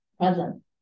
Present